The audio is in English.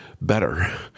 better